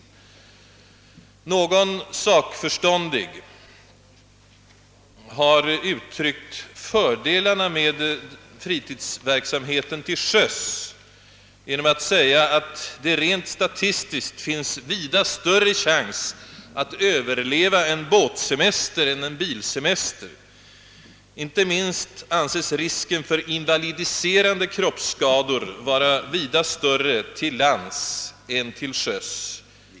Någon sakkunnig har uttryckt fördelarna med fritidsverksamheten till sjöss genom att säga att det rent statistiskt finns vida större chans att överleva en båtsemester än en bilsemester. Inte minst anses risken för invalidiserande kroppsskador vara vida större till lands än till sjöss.